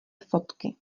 fotky